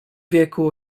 wieku